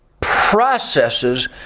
processes